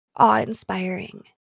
Awe-inspiring